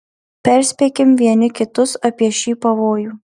perspėkim vieni kitus apie šį pavojų